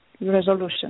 resolution